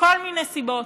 מכל מיני סיבות: